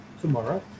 tomorrow